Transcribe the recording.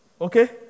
Okay